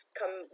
come